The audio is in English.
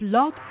Blog